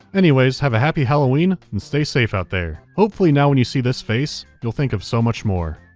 anyways, have a happy halloween and stay safe out there. hopefully, now, when you see this face, you'll think of so much more.